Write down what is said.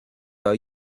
are